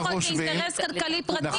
זה לא יכול להיות מאינטרס כלכלי פרטי.